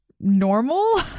normal